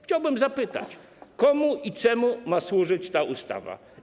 Chciałbym zapytać, komu i czemu ma służyć ta ustawa.